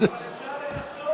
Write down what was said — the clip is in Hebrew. אבל אפשר לנסות,